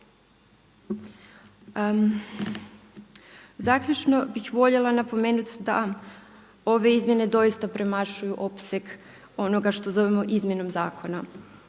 Zaključno bih voljela napomenuti da ove izmjene doista premašuju opseg onoga što zovemo izmjena zakona